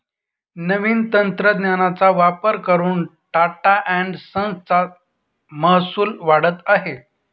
नवीन तंत्रज्ञानाचा वापर करून टाटा एन्ड संस चा महसूल वाढत आहे